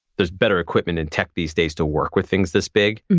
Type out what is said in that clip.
there's better equipment and tech these days to work with things this big.